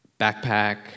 backpack